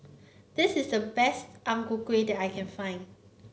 this is the best Ang Ku Kueh that I can find